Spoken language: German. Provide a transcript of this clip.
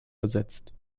ersetzt